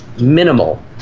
minimal